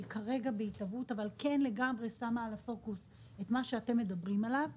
שהיא כרגע בהתהוות אבל כן שמה את הפוקוס על מה שאתם מדברים עליו.